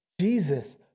Jesus